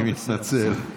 אני מתנצל.